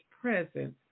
presence